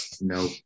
No